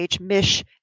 Mish